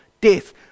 death